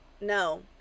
No